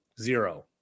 zero